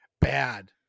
bad